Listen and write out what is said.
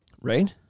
Right